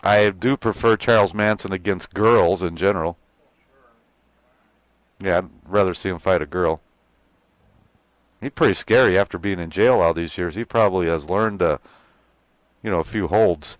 i do prefer charles manson against girls in general yeah i'd rather see him fight a girl pretty scary after being in jail all these years he probably has learned you know a few holds